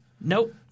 Nope